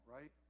right